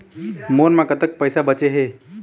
मोर म कतक पैसा बचे हे?